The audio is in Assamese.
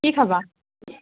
কি খাবা